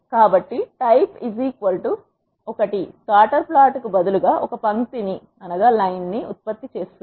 కాబట్టి type l scatter ప్లాట్కు బదులుగా ఒక పంక్తిని ఉత్పత్తి చేస్తుంది